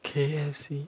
K_F_C